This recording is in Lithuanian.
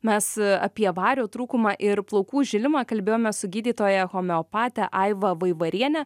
mes apie vario trūkumą ir plaukų žilimą kalbėjome su gydytoja homeopate aiva vaivariene